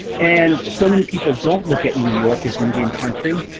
and so many people don't look at new york as indian country.